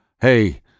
Hey